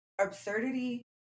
absurdity